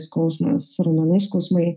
skausmas raumenų skausmai